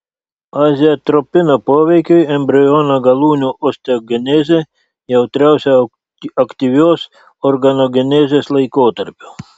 azatioprino poveikiui embriono galūnių osteogenezė jautriausia aktyvios organogenezės laikotarpiu